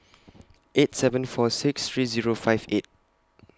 eight seven four six three Zero five eight